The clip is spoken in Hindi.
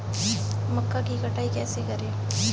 मक्का की कटाई कैसे करें?